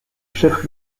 chef